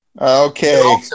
Okay